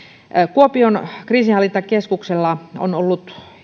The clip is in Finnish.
kuopiossa kriisinhallintakeskuksella on ollut